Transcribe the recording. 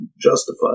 justified